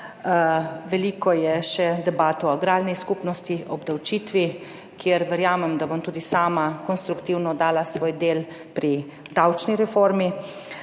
Veliko je še debat o agrarni skupnosti, o obdavčitvi, kjer verjamem, da bom tudi sama konstruktivno dala svoj del pri davčni reformi